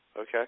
Okay